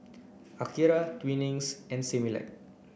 Akira Twinings and Similac